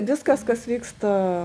viskas kas vyksta